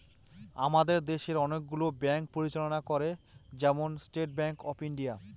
আমাদের দেশে অনেকগুলো ব্যাঙ্ক পরিচালনা করে, যেমন স্টেট ব্যাঙ্ক অফ ইন্ডিয়া